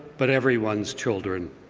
but everyone's children.